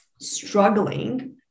struggling